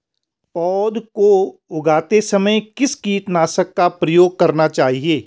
पौध को उगाते समय किस कीटनाशक का प्रयोग करना चाहिये?